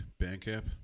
Bandcap